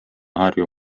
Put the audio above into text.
harju